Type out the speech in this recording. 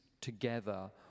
together